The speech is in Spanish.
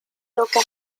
loca